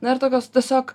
na ir tokios tiesiog